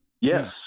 Yes